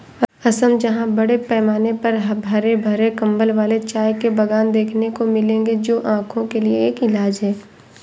असम जहां बड़े पैमाने पर हरे भरे कंबल वाले चाय के बागान देखने को मिलेंगे जो आंखों के लिए एक इलाज है